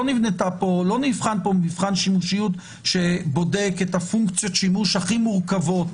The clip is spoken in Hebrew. לא נבחן פה מבחן שימושיות שבודק את פונקציות השימוש הכי מורכבות